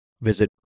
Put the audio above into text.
visit